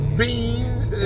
beans